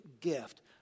gift